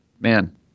man